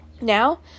Now